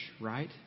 right